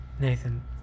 nathan